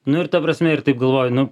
nu ir ta prasme ir taip galvoju nu